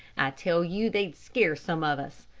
i tell you they'd scare some of us.